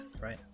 right